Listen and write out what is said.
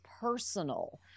personal